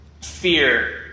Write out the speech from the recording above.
Fear